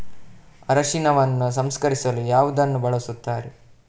ಅರಿಶಿನವನ್ನು ಸಂಸ್ಕರಿಸಲು ಯಾವುದನ್ನು ಬಳಸುತ್ತಾರೆ?